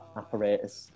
apparatus